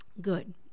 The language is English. Good